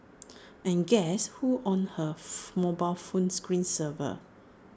and guess who's on her mobile phone screen saver